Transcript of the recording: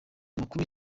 amakuru